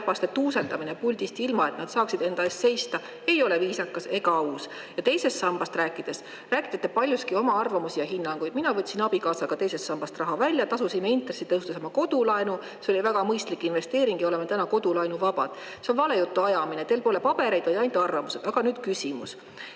naisterahvaste tuuseldamine puldist, ilma et nad saaksid enda eest seista, ei ole viisakas ega aus. Ja teisest sambast rääkides te rääkisite paljuski oma arvamustest ja hinnangutest. Mina võtsin abikaasaga teisest sambast raha välja ja tasusime sellega intressi tõustes oma kodulaenu. See oli väga mõistlik investeering, täna oleme me kodulaenuvabad. See on valejutu ajamine, teil pole pabereid, vaid ainult arvamused. Aga nüüd küsimus.